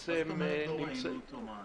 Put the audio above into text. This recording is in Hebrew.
מה זאת אומרת "לא ראינו אותו"?